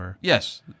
Yes